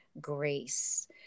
grace